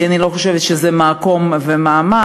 כי אני לא חושבת שזה המקום והמעמד,